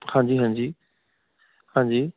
ਹਾਂਜੀ ਹਾਂਜੀ ਹਾਂਜੀ